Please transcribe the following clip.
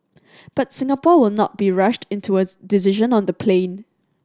but Singapore will not be rushed into as decision on the plane